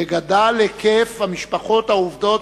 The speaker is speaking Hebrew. וגדל היקף המשפחות העובדות,